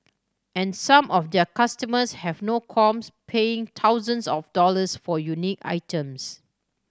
and some of their customers have no qualms paying thousands of dollars for unique items